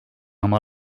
oma